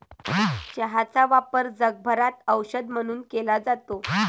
चहाचा वापर जगभरात औषध म्हणून केला जातो